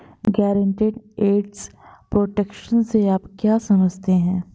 Guaranteed asset protection से आप क्या समझते हैं?